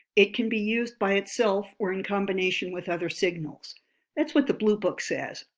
it can be used by itself, or in combination with other signals that's what the bluebook says.